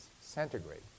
centigrade